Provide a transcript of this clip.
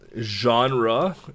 Genre